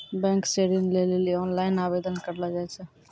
bank से ऋण लै लेली ओनलाइन आवेदन करलो जाय छै